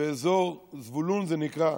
באזור זבולון, זה נקרא.